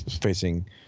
facing